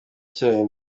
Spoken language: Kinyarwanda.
cyayo